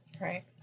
Right